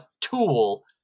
tool